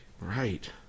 Right